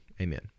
Amen